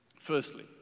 Firstly